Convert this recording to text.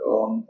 on